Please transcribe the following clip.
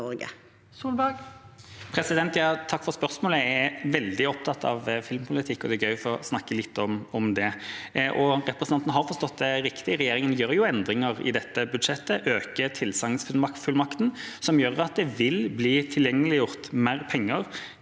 Takk for spørsmålet. Jeg er veldig opptatt av filmpolitikk, og det er gøy å få snakke litt om det. Representanten har forstått det riktig. Regjeringa gjør endringer i dette budsjettet og øker tilsagnsfullmakten, noe som gjør at det vil bli tilgjengeliggjort mer penger